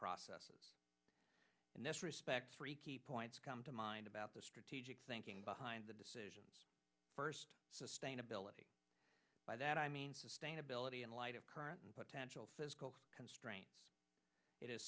process in this respect three points come to mind about the strategic thinking behind the decisions first sustainability by that i mean sustainability in light of current and potential constraints it is